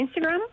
Instagram